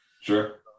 sure